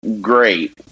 great